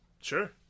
Sure